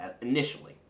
initially